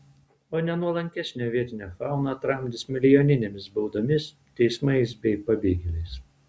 o nenuolankesnę vietinę fauną tramdys milijoninėmis baudomis teismais bei pabėgėliais